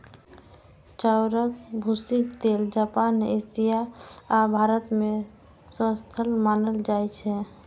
चाउरक भूसीक तेल जापान, एशिया आ भारत मे स्वस्थ मानल जाइ छै